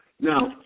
Now